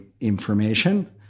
information